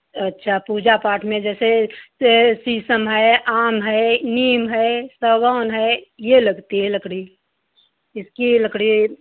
अच्छा पूजा पाठ मे जैसे जैसे शीशम है आम है नीम है सागौन है ये लगती है लकड़ी इसकी ये लकड़ी